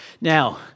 Now